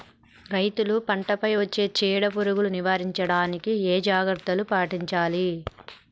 రైతులు పంట పై వచ్చే చీడ పురుగులు నివారించడానికి ఏ జాగ్రత్తలు పాటించాలి?